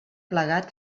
plegat